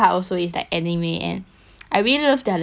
I really love their language I think their language is very nice